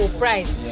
price